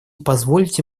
позвольте